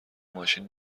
ماشین